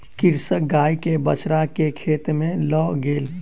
कृषक गाय के बछड़ा के खेत में लअ गेल